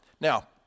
Now